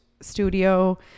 studio